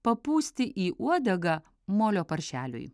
papūsti į uodegą molio paršeliui